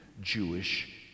Jewish